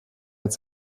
als